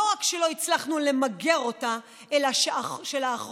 לא רק שלא הצלחנו למגר אותה אלא שלאחרונה,